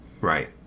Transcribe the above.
Right